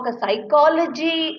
psychology